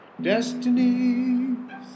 destinies